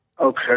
okay